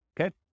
Okay